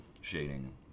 shading